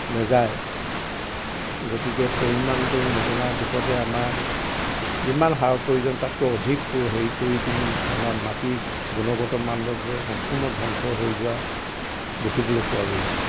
নেযায় গতিকে পৰিমাণটো নজনাৰ দোষতে আমাৰ যিমান সাৰ প্ৰয়োজন তাতকৈ অধিক প হেৰি কৰি পিনি আমাৰ মাটিৰ গুণগত মানদণ্ড সম্পূৰ্ণ ধ্বংস হৈ যোৱা দেখিবলৈ পোৱা গৈছে